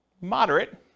Moderate